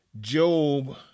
Job